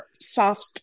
soft